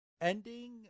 ending